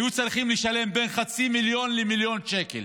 ארגוני הפשע היו צריכים לשלם בין חצי מיליון למילון שקל,